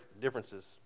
differences